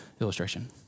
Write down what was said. illustration